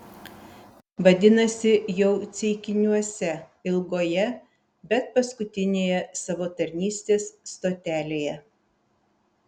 vadinasi jau ceikiniuose ilgoje bet paskutinėje savo tarnystės stotelėje